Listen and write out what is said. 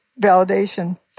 validation